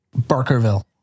Barkerville